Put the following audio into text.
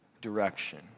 direction